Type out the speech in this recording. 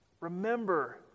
Remember